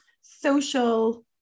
social